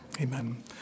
Amen